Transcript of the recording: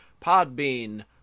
Podbean